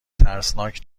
ترسناک